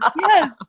Yes